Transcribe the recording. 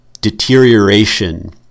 deterioration